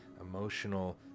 emotional